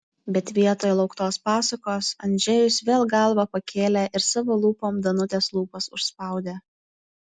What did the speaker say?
bet vietoj lauktos pasakos andžejus vėl galvą pakėlė ir savo lūpom danutės lūpas užspaudė